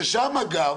ששם אגב,